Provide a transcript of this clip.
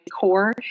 core